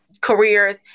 careers